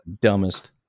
dumbest